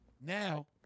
Now